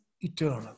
eternal